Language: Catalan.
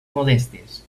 modestes